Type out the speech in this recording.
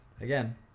again